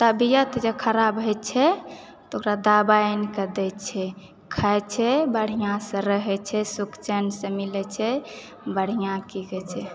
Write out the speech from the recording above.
तबियत जे खराब होइ छै तऽ ओकरा दबाइ आनिके दै छियै खाइ छै बढ़ियासँ रहै छै सुख चैनसँ मिलै छै बढ़िया की कहै छै